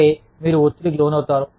అంటే మీరు ఒత్తిడికి లోనవుతారు